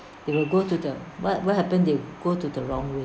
they will go to the what what happened they go to the wrong way